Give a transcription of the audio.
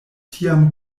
tiam